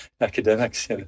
academics